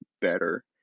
better